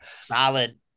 solid